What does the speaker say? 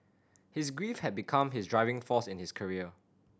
his grief had become his driving force in his career